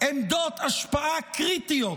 עמדות השפעה קריטיות